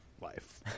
life